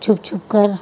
چھپ چھپ کر